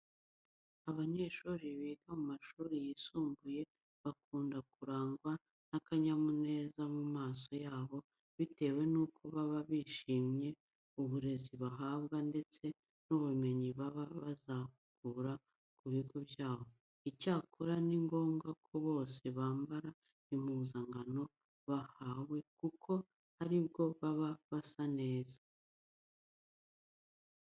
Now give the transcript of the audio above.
Abanyeshuri biga mu mashuri yisumbuye bakunda kurangwa n'akanyamuneza mu maso yabo bitewe nuko baba bishimiye uburezi bahabwa ndetse n'ubumenyi baba bazakura ku bigo byabo. Icyakora ni ngombwa ko bose bambara impuzankano bahawe kuko ari bwo baba basa neza.